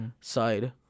side